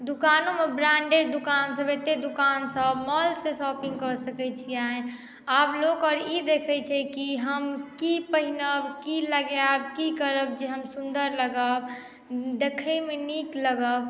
दोकानोमे branded दोकानसभ एतेक दोकानसभ मॉलसँ शॉपिंग कए सकैत छियनि आब लोग अर ई देखैत छै कि हम की पहिरब की लगायब की करब जे हम सुन्दर लागब देखयमे नीक लागब